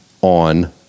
on